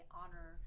honor